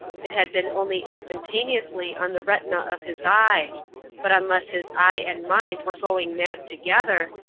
it had been only instantaneously on the retina of his eye but unless his eye and mind were going mad together,